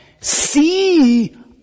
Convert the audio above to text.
See